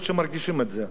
אני באופקים,